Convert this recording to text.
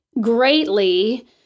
greatly